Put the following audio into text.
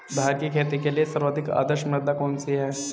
धान की खेती के लिए सर्वाधिक आदर्श मृदा कौन सी है?